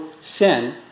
sin